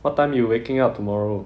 what time you waking up tomorrow